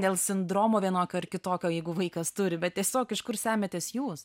dėl sindromo vienokio ar kitokio jeigu vaikas turi bet tiesiog iš kur semiatės jūs